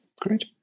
great